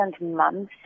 months